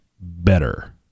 better